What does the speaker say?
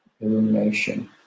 Illumination